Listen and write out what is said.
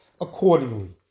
accordingly